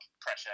pressure